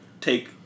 take